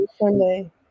Sunday